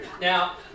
now